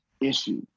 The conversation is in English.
issue